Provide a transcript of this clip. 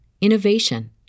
innovation